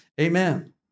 Amen